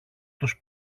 τους